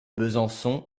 besançon